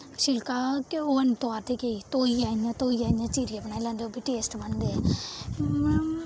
छिलका कि ओह् ऐनी तोआरदे केईं धोइयै इ'यां धोइयै इ'यां चीरियै बनाई लैंदे ओह् बी टेस्ट बनदे